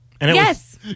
Yes